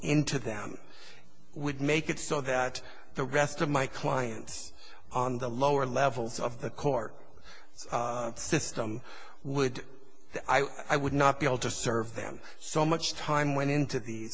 into them would make it so that the rest of my clients on the lower levels of the court system would i would not be able to served them so much time went into these